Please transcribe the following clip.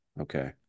Okay